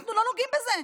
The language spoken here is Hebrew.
אנחנו לא נוגעים בזה,